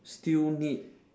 still need